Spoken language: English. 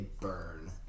burn